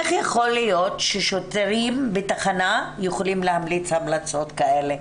איך יכול להיות ששוטרים בתחנת משטרה יכולים להמליץ המלצות כאלה?